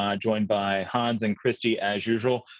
um joined by hans and christy, as usual,